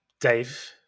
dave